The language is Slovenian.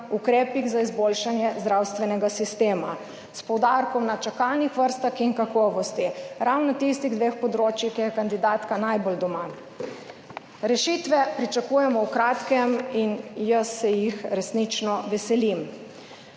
ukrepih za izboljšanje zdravstvenega sistema s poudarkom na čakalnih vrstah in kakovosti, ravno tistih dveh področjih, ki je kandidatka najbolj doma. Rešitve pričakujemo v kratkem. In jaz se jih resnično veselim.